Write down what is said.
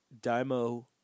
Daimo